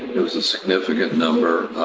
it was a significant number.